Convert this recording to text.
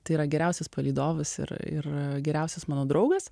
tai yra geriausias palydovas ir ir geriausias mano draugas